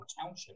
Township